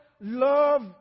love